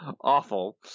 awful